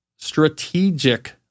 strategic